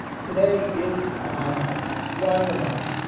today, it's a hothouse run amuck.